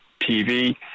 TV